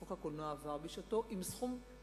חוק הקולנוע עבר בשעתו עם סכום,